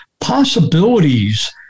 possibilities